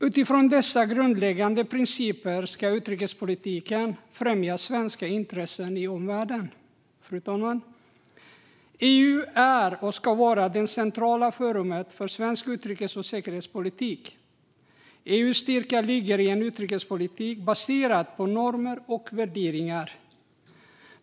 Utifrån dessa grundläggande principer ska utrikespolitiken främja svenska intressen i omvärlden. Fru talman! EU är och ska vara det centrala forumet för svensk utrikes och säkerhetspolitik. EU:s styrka ligger i en utrikespolitik baserad på normer och värderingar.